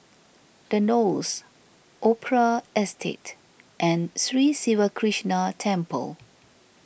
the Knolls Opera Estate and Sri Siva Krishna Temple